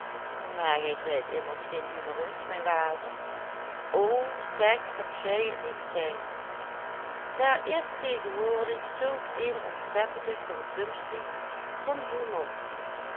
maar gij zijt immers geen humorist mijn waarde o zeg dat gij het niet zijt daar is tegenwoordig zulk eene ontzettende consumtie van humor